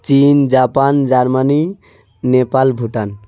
চীন Japan Germany Nepal Bhutan